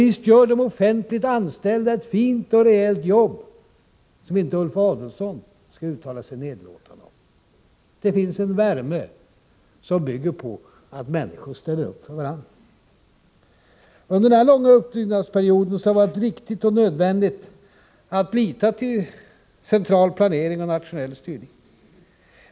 Visst gör de offentliganställda ett fint och rejält jobb, som Ulf Adelsohn inte skall uttala sig nedlåtande om. Det finns en värme, som bygger på att människor ställer upp för varandra. Under denna långa uppbyggnadsperiod har det varit riktigt och nödvändigt att lita till central planering och nationell styrning.